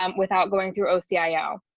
um without going through oci. ah